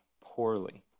poorly